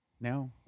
Now